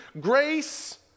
grace